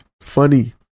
funny